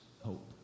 hope